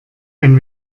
ein